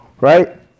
Right